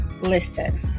Listen